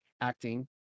acting